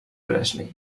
presley